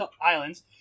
islands